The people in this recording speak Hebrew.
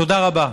תודה רבה.